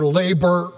labor